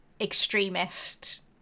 extremist